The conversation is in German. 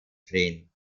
drehen